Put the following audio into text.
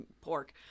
pork